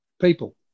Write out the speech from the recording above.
People